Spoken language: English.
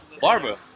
Barbara